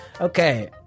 Okay